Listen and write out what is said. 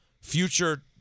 Future